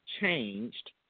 changed